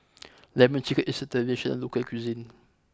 Lemon Chicken is the traditional local cuisine